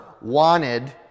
wanted